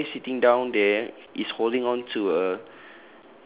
and the boy sitting down there is holding on to a